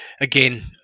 Again